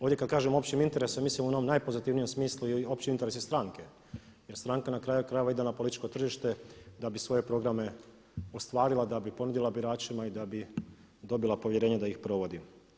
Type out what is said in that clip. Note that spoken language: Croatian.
Ovdje kad kažem opći interesi mislim u onom najpozitivnijem smislu, opći interesi stranke jer stranka na kraju krajeva ide na političko tržište da bi svoje programe ostvarila, da bi ponudila biračima i da bi dobila povjerenje da ih provodi.